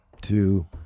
Two